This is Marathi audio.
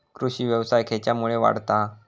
कृषीव्यवसाय खेच्यामुळे वाढता हा?